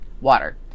water